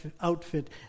outfit